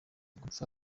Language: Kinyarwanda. gupfa